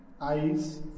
eyes